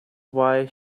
why